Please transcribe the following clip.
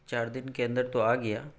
چار دن کے اندر تو آ گیا